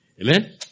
amen